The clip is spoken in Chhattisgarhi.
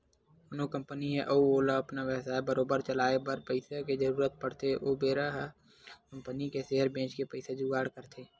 कोनो कंपनी हे अउ ओला अपन बेवसाय बरोबर चलाए बर पइसा के जरुरत पड़थे ओ बेरा अपन कंपनी के सेयर बेंच के पइसा जुगाड़ करथे